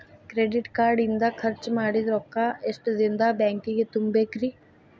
Credit card ಇಂದ್ ಖರ್ಚ್ ಮಾಡಿದ್ ರೊಕ್ಕಾ ಎಷ್ಟ ದಿನದಾಗ್ ಬ್ಯಾಂಕಿಗೆ ತುಂಬೇಕ್ರಿ?